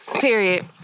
Period